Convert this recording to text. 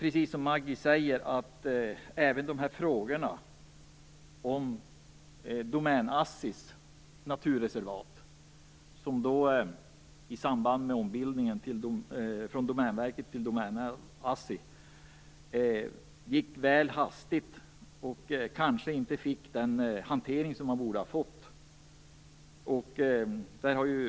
Precis som Maggi Mikaelsson säger gick ombildningen av Domänverket till Assi Domän väl hastigt, och frågan om Assi Domäns naturreservat fick därför kanske inte den hantering som den borde ha fått.